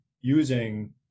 using